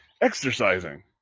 exercising